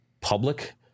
public